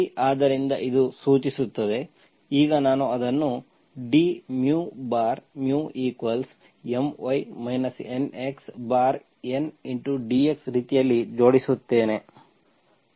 ಆದ್ದರಿಂದ ಇದು ಸೂಚಿಸುತ್ತದೆ ಈಗ ನಾನು ಅದನ್ನು dμMy NxN dx ರೀತಿಯಲ್ಲಿ ಜೋಡಿಸುತ್ತೇನೆ